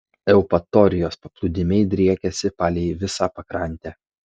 eupatorijos paplūdimiai driekiasi palei visą pakrantę